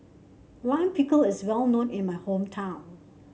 Lime Pickle is well known in my hometown